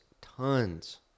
tons